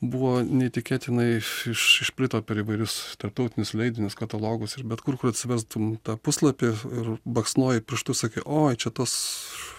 buvo neįtikėtinai iš išplito per įvairius tarptautinius leidinius katalogus ir bet kur kur atsiversdavom tą puslapį ir baksnoji pirštu sakai oi čia tas